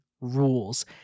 rules